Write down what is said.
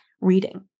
reading